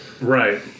Right